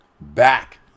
back